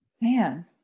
Man